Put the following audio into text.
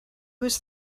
was